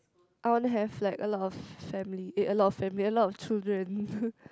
I want to have like a lot of family eh a lot of family a lot of children